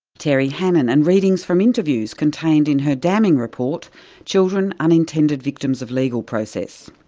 terry hannon, and readings from interviews contained in her damning report children unintended victims of legal process.